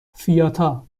فیاتا